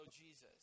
Jesus